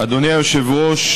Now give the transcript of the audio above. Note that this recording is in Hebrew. אדוני היושב-ראש,